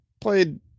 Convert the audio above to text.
played